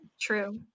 True